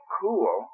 cool